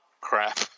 crap